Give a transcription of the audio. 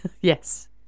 Yes